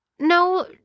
No